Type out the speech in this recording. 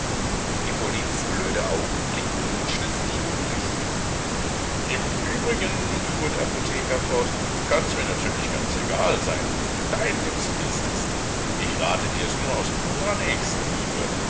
hippolyts blöde augen blickten unschlüssig um sich im übrigen fuhr der apotheker fort kann mirs natürlich ganz egal sein dein nutzen ist es ich rate dirs nur aus purer nächstenliebe